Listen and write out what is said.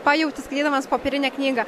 pajauti skaitydamas popierinę knygą